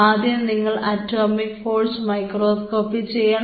ആദ്യം നിങ്ങൾ atomic force microscopy ചെയ്യണം